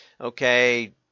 Okay